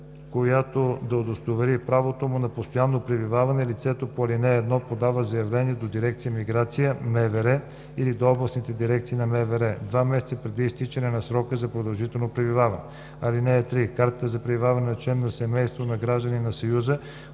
която да удостовери правото му на постоянно пребиваване, лицето по ал. 1 подава заявление до дирекция „Миграция“ - МВР, или до областните дирекции на МВР два месеца преди изтичането на срока на продължителното пребиваване. (3) Карта за пребиваване на член на семейството на гражданин на Съюза,